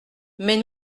mais